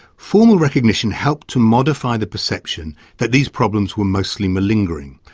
formal recognition helped to modify the perception that these problems were mostly malingering,